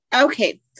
Okay